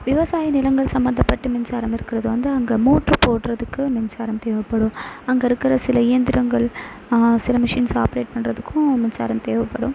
விவசாய நிலங்கள் சம்பந்தப்பட்டு மின்சாரம் இருக்கிறது வந்து அங்கே மோட்ரு போடுறதுக்கு மின்சாரம் தேவைப்படும் அங்கே இருக்கிற சில இயந்திரங்கள் சில மிஷின்ஸ் ஆப்ரேட் பண்ணுறதுக்கும் மின்சாரம் தேவைப்படும்